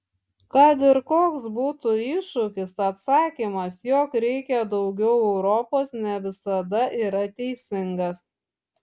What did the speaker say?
kad ir koks būtų iššūkis atsakymas jog reikia daugiau europos ne visada yra teisingas